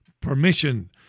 permission